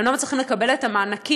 הם לא מצליחים לקבל את המענקים,